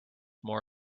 more